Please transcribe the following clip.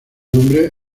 nombre